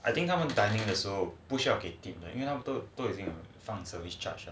I think 他们 dining 的时候不需要给 tip 因为他们都有那个